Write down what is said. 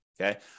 Okay